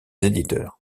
éditeurs